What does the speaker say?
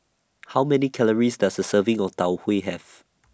How Many Calories Does A Serving of Tau Huay Have